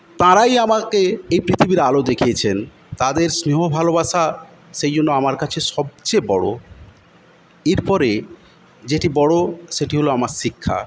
তাঁরাই আমাকে এই পৃথিবীর আলো দেখিয়েছেন তাঁদের স্নেহ ভালোবাসা সেইজন্য আমার কাছে সবচেয়ে বড়ো এরপরে যেটি বড়ো সেটি হল আমার শিক্ষা